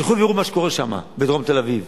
שילכו ויראו מה שקורה שם בדרום תל-אביב.